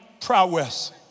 prowess